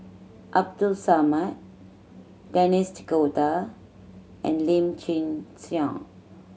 Abdul Samad Denis D'Cotta and Lim Chin Siong